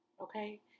okay